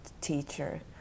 teacher